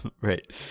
Right